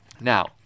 Now